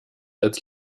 als